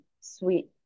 sweet